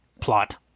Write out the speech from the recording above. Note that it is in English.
plot